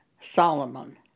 Solomon